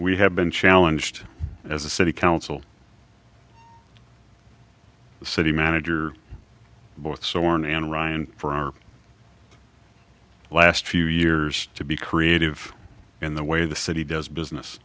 we have been challenged as a city council city manager both so worn and ryan for our last few years to be creative in the way the city does business